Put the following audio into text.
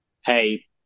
hey